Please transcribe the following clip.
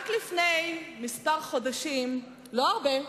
רק לפני כמה חודשים, לא הרבה,